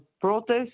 protests